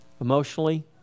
emotionally